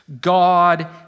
God